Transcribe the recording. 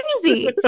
crazy